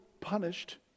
punished